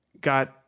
got